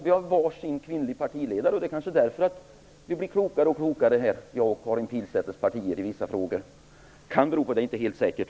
Vi har varsin kvinnlig partiledare, och det är kanske därför vi blir klokare och klokare inom mitt och Karin Pilsäters parti. Det kan bero på det, men det är inte helt säkert.